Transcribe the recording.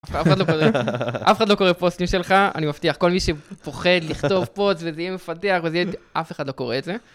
אף אחד לא קורא פוסטים שלך, אני מבטיח, כל מי שפוחד לכתוב פוסט וזה יהיה מפדח ואף אחד לא קורא את זה.